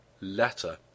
letter